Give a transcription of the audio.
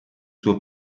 suo